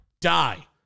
die